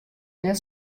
net